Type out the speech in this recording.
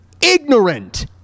ignorant